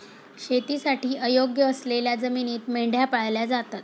शेतीसाठी अयोग्य असलेल्या जमिनीत मेंढ्या पाळल्या जातात